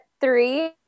three